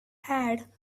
add